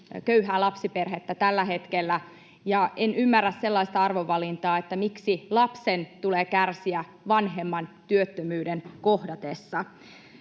köyhää lapsiperhettä tällä hetkellä. En ymmärrä sellaista arvovalintaa, miksi lapsen tulee kärsiä vanhemman työttömyyden kohdatessa.